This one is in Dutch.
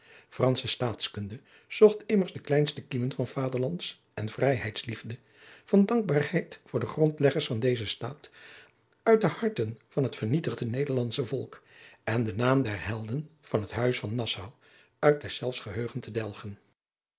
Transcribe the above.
staatkunde zocht immers de kleinste kiemen van vaderlands en vrijheids liefde van dankbaarheid voor de grondleggers van dezen staat uit de harten van het vernietigde nederlandsche volk en den naam der helden van het huis van nassau uit deszelfs geheugen te